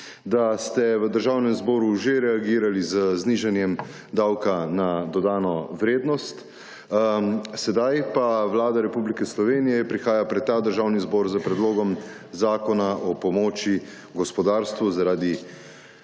da ste v Državnem zboru že reagirali z znižanjem davka na dodano vrednost, sedaj pa Vlada Republike Slovenije prihaja pred ta Državni zbor z Predlogom zakona o pomoči v gospodarstvu zaradi